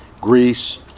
Greece